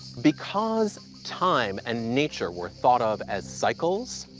because time and nature were thought of as cycles,